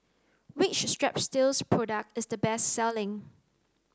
which Strepsils product is the best selling